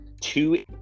two